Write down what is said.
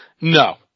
No